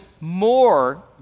more